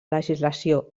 legislació